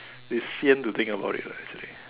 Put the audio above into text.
they say to think about it actually